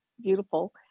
beautiful